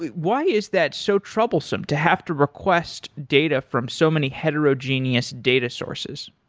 why is that so troublesome to have to request data from so many heterogenous data sources?